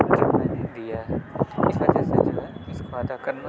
جو میں نے دیا ہے اس وجہ سے جو ہے اس وعدہ کرنا